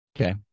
Okay